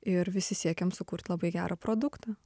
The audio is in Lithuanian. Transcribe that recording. ir visi siekiam sukurt labai gerą produktą